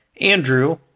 Andrew